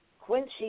Quincy